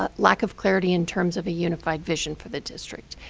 ah lack of clarity in terms of a unified vision for the district.